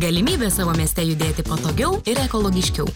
galimybė savo mieste judėti patogiau ir ekologiškiau